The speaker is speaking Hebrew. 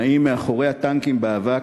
נעים מאחורי הטנקים באבק,